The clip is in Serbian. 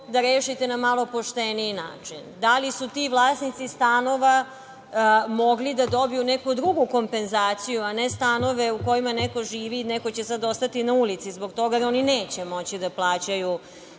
da rešite na malo pošteniji način? Da li su ti vlasnici stanova mogli da dobiju neku drugu kompenzaciju, a ne stanove u kojima neko živi, i neko će sad ostati na ulici zbog toga, jer oni neće moći da plaćaju te